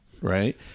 right